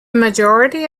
majority